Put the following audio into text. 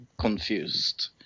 confused